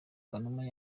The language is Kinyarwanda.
kanuma